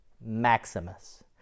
Maximus